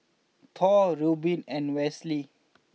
Thor Reubin and Westley